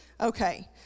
Okay